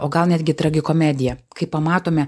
o gal netgi tragikomedija kai pamatome